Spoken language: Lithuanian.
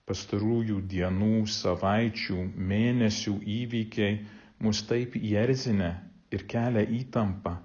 pastarųjų dienų savaičių mėnesių įvykiai mus taip įerzinę ir kelia įtampą